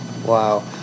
Wow